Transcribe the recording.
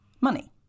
money